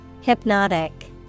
Hypnotic